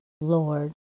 Lord